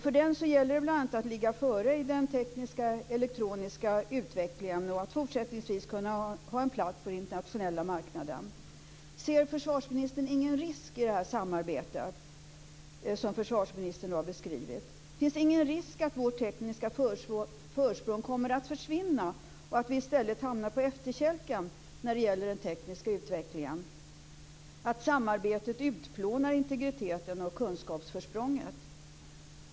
För den gäller det bl.a. att ligga före i den tekniska och elektroniska utvecklingen för att man fortsättningsvis ska kunna ha en plats på den internationella marknaden. Ser försvarsministern ingen risk i det samarbete som försvarsministern nu har beskrivit? Finns det ingen risk för att vårt tekniska försprång kommer att försvinna och att vi i stället hamnar på efterkälken i den tekniska utvecklingen och för att samarbetet utplånar integriteten och kunskapsförsprånget?